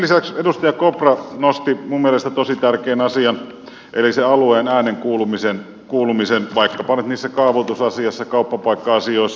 lisäksi edustaja kopra nosti minun mielestäni tosi tärkeän asian eli sen alueen äänen kuulumisen vaikkapa nyt niissä kaavoitusasioissa kauppapaikka asioissa